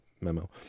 memo